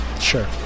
Sure